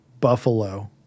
Buffalo